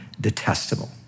detestable